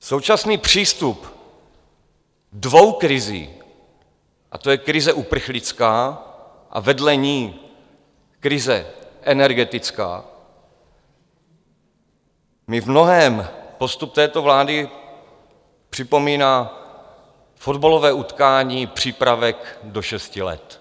Současný přístup dvou krizí, a to je krize uprchlická a vedle ní krize energetická, mi v mnohém postup této vlády připomíná fotbalové utkání přípravek do šesti let.